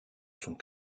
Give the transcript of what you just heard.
sont